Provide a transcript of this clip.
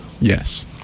Yes